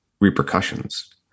repercussions